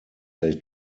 they